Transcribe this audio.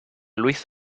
luis